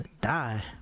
die